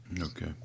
okay